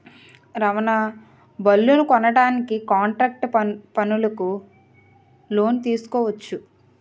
రవాణా బళ్లనుకొనడానికి కాంట్రాక్టు పనులకు లోను తీసుకోవచ్చు